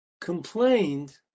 complained